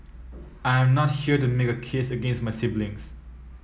I am not here to make a case against my siblings